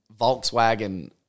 Volkswagen